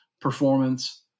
performance